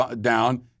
down